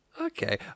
Okay